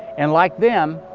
and like them,